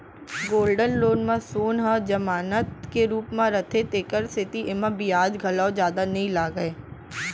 gold loan म सोन ह जमानत के रूप म रथे तेकर सेती एमा बियाज घलौ जादा नइ लागय